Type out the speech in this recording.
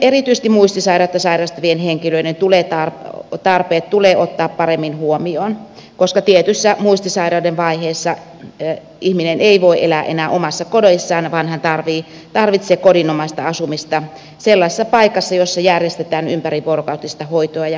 erityisesti muistisairautta sairastavien henkilöiden tarpeet tulee ottaa paremmin huomioon koska tietyssä muistisairauden vaiheessa ihminen ei voi elää enää omassa kodissaan vaan hän tarvitsee kodinomaista asumista sellaisessa paikassa jossa järjestetään ympärivuorokautista hoitoa ja hoivaa